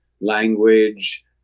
language